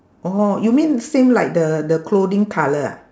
oh you mean same like the the clothing colour ah